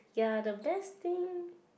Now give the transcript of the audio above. ya the best thing